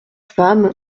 femme